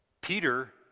Peter